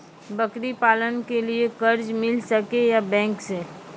बकरी पालन के लिए कर्ज मिल सके या बैंक से?